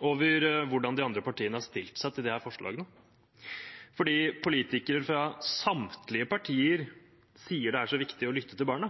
over hvordan de andre partiene har stilt seg til disse forslagene. Politikere fra samtlige partier sier det er så viktig å lytte til barna.